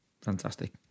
fantastic